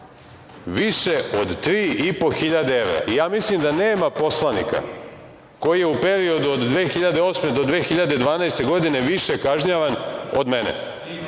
više od 3.500 evra i ja mislim da nema poslanika koji je u periodu od 2008. do 2012. godine više kažnjavan od